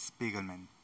Spiegelman